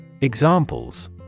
Examples